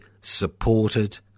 supported